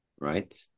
right